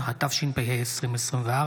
התשפ"ה 2004,